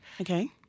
Okay